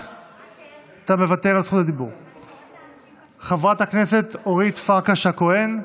מוותר, חברת הכנסת אורית פרקש הכהן,